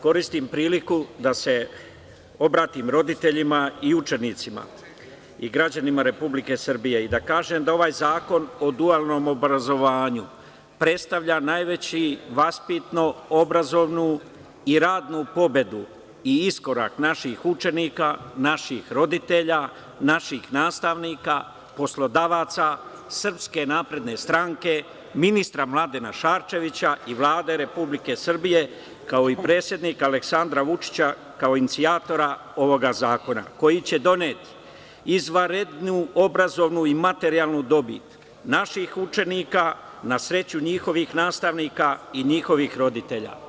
Koristim priliku da se obratim roditeljima, učenicima i građanima Republike Srbije i da kažem da ovaj Zakon o dualnom obrazovanju predstavlja najveću vaspitano-obrazovnu i radnu pobedu i iskorak naših učenika, naših roditelja, naših nastavnika, poslodavaca, Srpske napredne stranke, ministra Mladena Šarčevića i Vlade Republike Srbije, kao i predsednika Aleksandra Vučića kao inicijatora ovoga zakona, koji će doneti izvanrednu obrazovnu i materijalnu dobit naših učenika, na sreću njihovih nastavnika i njihovih roditelja.